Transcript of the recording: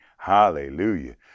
hallelujah